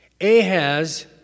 Ahaz